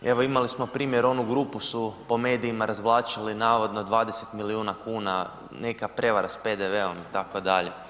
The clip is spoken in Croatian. Evo, imali smo primjer onu grupu su po medijima razvlačili navodno 20 milijuna kuna, neka prevara s PDV-om itd.